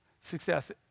Success